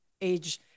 age